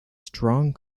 strong